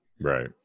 Right